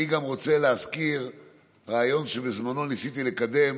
אני גם רוצה להזכיר רעיון שבזמנו ניסיתי לקדם,